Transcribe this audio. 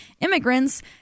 immigrants